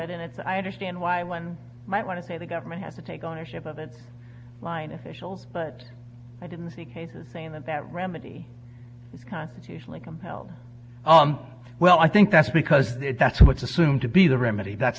it and it's i understand why when might want to say the government has to take ownership of it line official but i didn't see cases saying that that remedy usually compelled well i think that's because that's what's assumed to be the remedy that's